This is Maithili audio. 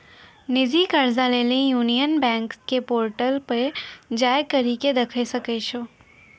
निजी कर्जा लेली यूनियन बैंक के पोर्टल पे जाय करि के देखै सकै छो